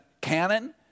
canon